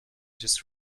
just